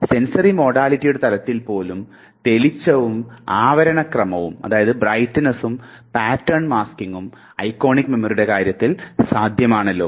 sensory മോഡാലിറ്റിയുടെ തലത്തിൽ പോലും തെളിച്ചവും ആവരണ ക്രമവും ഐക്കോണിക് മെമ്മറിയുടെ കാര്യത്തിൽ സാധ്യമാണല്ലോ